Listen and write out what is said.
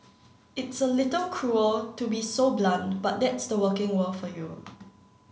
it's a little cruel to be so blunt but that's the working world for you